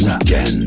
Again